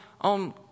on